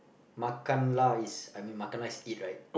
makan lah is I mean makan lah is eat right